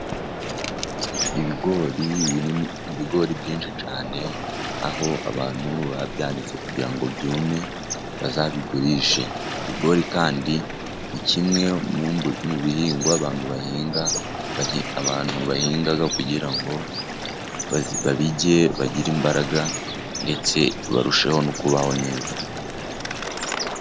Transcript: Ibigori byinshi cyane, aho abantu babyanitse kugira ngo byume bazabigurishe, ibigori kandi ni kimwe mu bihingwa abantu bahinga, abantu bahinga kugira ngo babirye, bagire imbaraga, ndetse barusheho no kubaho neza.